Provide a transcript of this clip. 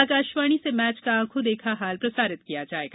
आकाशवाणी से मैच का आंखों देखा हाल प्रसारित किया जाएगा